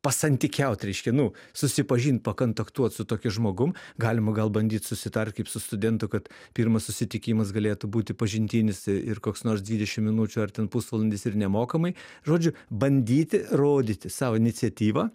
pasantykiaut reiškia nu susipažint pakantaktuot su tokiu žmogum galima gal bandyt susitart su studentu kad pirmas susitikimas galėtų būti pažintinis i ir koks nors dvidešim minučių ar ten pusvalandis ir nemokamai žodžiu bandyti rodyti savo iniciatyvą